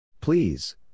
Please